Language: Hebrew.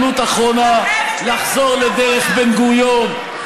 יש לכם הזדמנות אחרונה לחזור לדרך בן-גוריון,